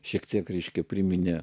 šiek tiek ryškiai priminė